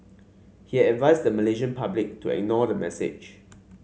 he has advised the Malaysian public to ignore the message